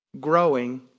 growing